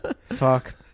Fuck